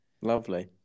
lovely